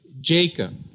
Jacob